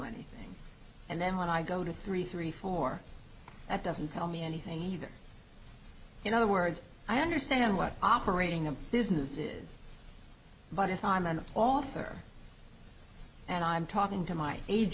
anything and then when i go to three three four that doesn't tell me anything either in other words i understand what operating a business is but if i'm an author and i'm talking to my age